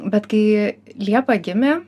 bet kai liepa gimė